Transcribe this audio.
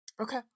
Okay